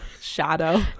shadow